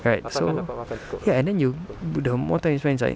right so ya and then you the more time you spend inside